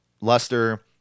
Luster